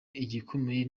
igikomeye